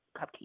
cupcake